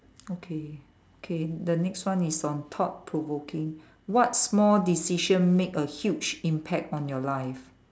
okay okay the next one is on thought provoking what small decision make a huge impact on your life